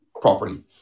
properly